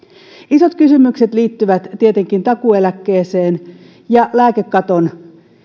isot kysymykset liittyvät tietenkin takuueläkkeeseen ja lääkekaton